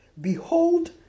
Behold